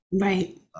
Right